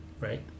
right